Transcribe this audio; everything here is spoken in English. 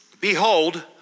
Behold